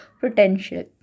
potential